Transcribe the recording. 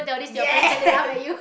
yes